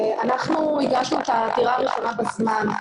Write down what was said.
אנחנו הגשנו את העתירה הראשונה בזמן.